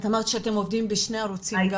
אמרת שאתם עובדים בשני ערוצים.